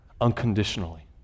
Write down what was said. unconditionally